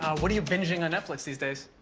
what are you binging on netflix these days?